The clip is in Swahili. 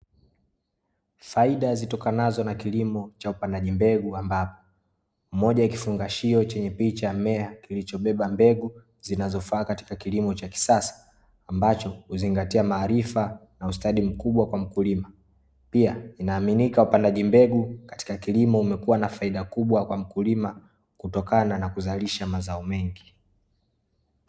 Faida zitokanazo na kilimo cha upandaji mbegu ambapo, moja ya kifungashio chenye picha ya mmea kilichobeba mbegu zinazofaa katika kilimo cha kisasa, ambacho huzingatia maarifa na ustadi mkubwa kwa mkulima. Pia inaaminika wapandaji mbegu katika kilimo, umekuwa na faida kubwa kwa mkulima kutokana na kuzalisha mazao mengi.